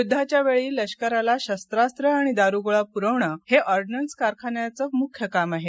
युद्धाच्या वेळी लष्कराला शस्त्रास्त्रं आणि दारुगोळा पुरवणं हे ऑर्डनन्स कारखान्याचं मुख्य काम आहे